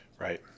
Right